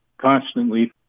constantly